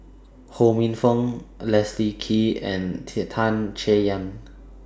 Ho Minfong Leslie Kee and Tan Chay Yan